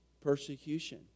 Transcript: persecution